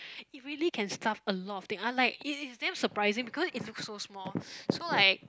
it really can stuff a lot of thing unlike if if then surprising because it looks so small so like